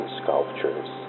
sculptures